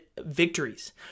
victories